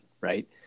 right